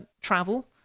travel